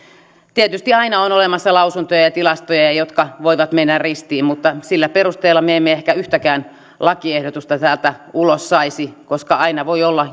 tietysti aina on olemassa lausuntoja ja ja tilastoja jotka voivat mennä ristiin mutta sillä perusteella me emme ehkä yhtäkään lakiehdotusta täältä ulos saisi koska aina voi olla